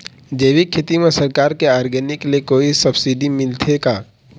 जैविक खेती म सरकार के ऑर्गेनिक ले कोई सब्सिडी मिलथे का?